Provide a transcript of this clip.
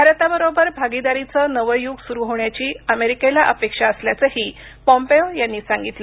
भारताबरोबर भागीदारीचं नवं यूग सुरू होण्याची अमेरिकेला अपेक्षा असल्याचंही पॉम्पेओ यांनी सांगितलं